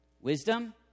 Wisdom